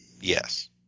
Yes